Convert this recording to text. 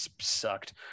sucked